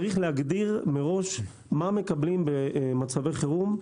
יש להגדיר מראש מה מקבלים במצבי חירום.